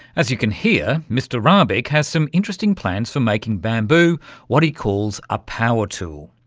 as you can hear, mr rabik has some interesting plans for making bamboo what he calls a power tool.